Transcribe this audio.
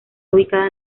ubicada